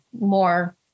more